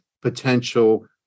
potential